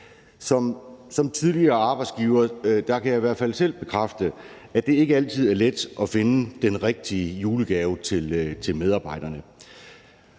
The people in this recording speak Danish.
Som tidligere arbejdsgiver kan jeg i hvert fald selv bekræfte, at det ikke altid er let at finde den rigtige julegave til medarbejderne,